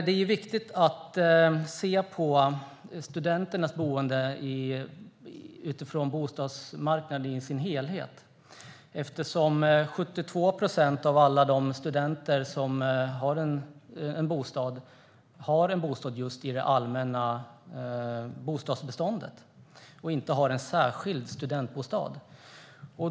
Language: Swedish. Det är viktigt att se på studenternas boende utifrån bostadsmarknaden i dess helhet. 72 procent av alla de studenter som har en bostad bor i det allmänna bostadsbeståndet och inte i en särskild studentbostad.